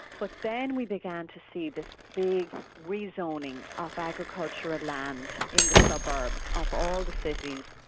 but then we began to see this big rezoning of agricultural land in the suburbs of all the cities,